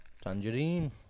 Tangerine